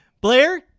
blair